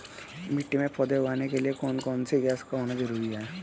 मिट्टी में पौधे उगाने के लिए कौन सी गैस का होना जरूरी है?